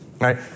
right